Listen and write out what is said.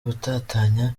gutatanya